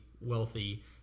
wealthy